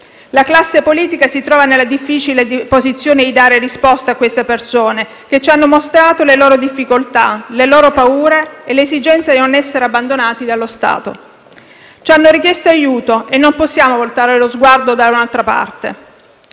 La classe politica si trova nella difficile posizione di dare risposta a queste persone, che ci hanno mostrato le loro difficoltà, le loro paure e l'esigenza di non essere abbandonati dallo Stato. Ci hanno chiesto aiuto e non possiamo voltare lo sguardo da un'altra parte.